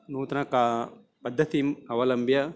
नूतनां पद्धतिम् अवलम्ब्य